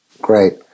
Great